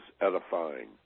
edifying